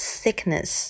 sickness